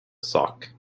sock